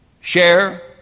Share